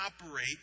operate